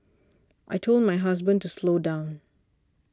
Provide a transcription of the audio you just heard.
I told my husband to slow down